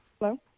Hello